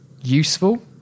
useful